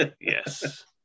Yes